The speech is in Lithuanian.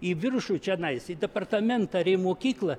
į viršų čionais į departamentą ar į mokyklą